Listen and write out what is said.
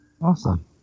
Awesome